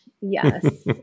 Yes